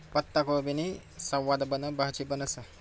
पत्ताकोबीनी सवादबन भाजी बनस